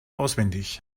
auswendig